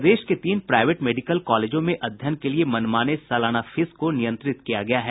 प्रदेश के तीन private medical कॉलेजों में अध्ययन के लिए मनमाने सालाना फीस को नियंत्रित किया गया है